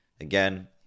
Again